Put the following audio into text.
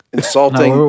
insulting